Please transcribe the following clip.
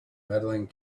medaling